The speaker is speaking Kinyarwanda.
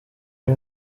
aho